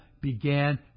began